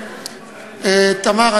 תמר,